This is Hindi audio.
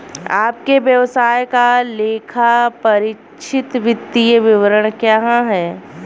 आपके व्यवसाय का लेखापरीक्षित वित्तीय विवरण कहाँ है?